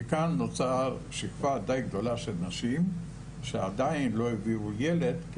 מכאן נוצרת שכבה גדולה של נשים שעדיין לא הביאו ילד,